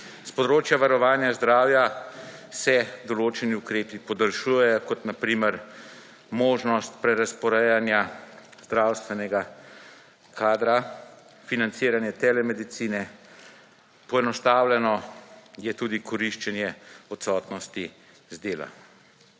S področja varovanja zdravja, se določeni ukrepi podaljšujejo, kot na primer, možnost prerazporejanja zdravstvenega kadra, financiranje telemedicine, poenostavljeno je tudi koriščenje odsotnosti z dela.